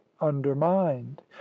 undermined